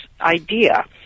idea